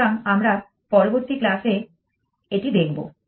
সুতরাং আমরা পরবর্তী ক্লাসে এটি দেখব